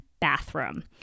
bathroom